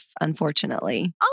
unfortunately